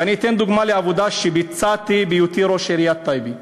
ואני אתן דוגמה מעבודה שביצעתי בהיותי ראש עיריית טייבה.